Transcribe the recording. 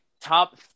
Top